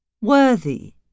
Worthy